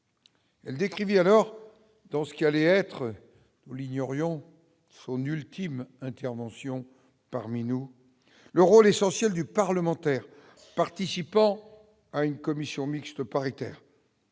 Elle décrivait alors dans ce qui allait être nous l'ignorions son ultime intervention parmi nous le rôle essentiel du parlementaire, participant à une commission mixte paritaire.